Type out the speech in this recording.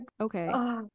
okay